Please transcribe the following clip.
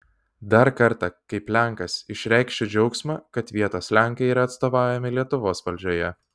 dar kartą kaip lenkas išreikšiu džiaugsmą kad vietos lenkai yra atstovaujami lietuvos valdžioje